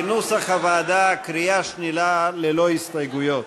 כנוסח הוועדה, קריאה שנייה, ללא הסתייגות.